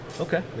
Okay